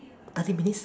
thirty minutes